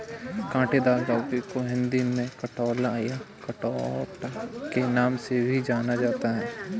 काँटेदार लौकी को हिंदी में कंटोला या ककोड़ा के नाम से भी जाना जाता है